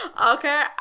okay